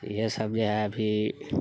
इएह सभ जे है अभी